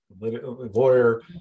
lawyer